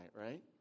right